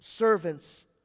Servants